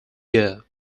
year